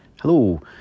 Hello